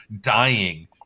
dying